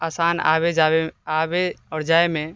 आबै आओर जाइमे